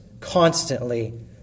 constantly